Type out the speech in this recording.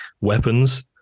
weapons